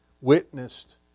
witnessed